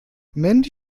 mandy